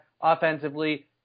offensively